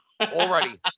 Already